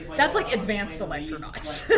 but that's like, advanced electronauts.